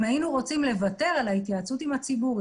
אם היינו רוצים לוותר על ההתייעצות עם הציבור,